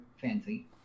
fancy